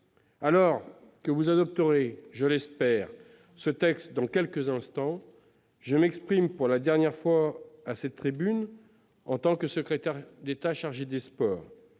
l'espère, vous adopterez ce texte dans quelques instants, je m'exprime pour la dernière fois à cette tribune en tant que secrétaire d'État chargé des sports.